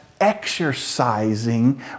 exercising